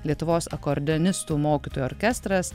lietuvos akordeonistų mokytojų orkestras